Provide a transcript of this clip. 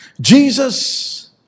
Jesus